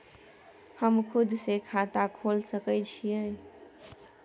हम खुद से खाता खोल सके छीयै?